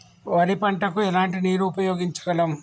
వరి పంట కు ఎలాంటి నీరు ఉపయోగించగలం?